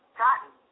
gotten